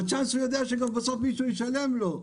בצ'אנס הוא יודע שגם בסוף מישהו ישלם לו,